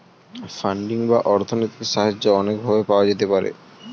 funding বা অর্থনৈতিক সাহায্য অনেক ভাবে পাওয়া যেতে পারে